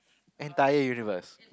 entire universe